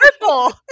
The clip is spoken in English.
purple